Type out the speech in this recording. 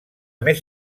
més